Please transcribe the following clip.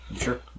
sure